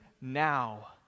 now